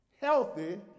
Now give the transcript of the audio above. healthy